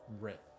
rip